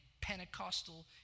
Pentecostal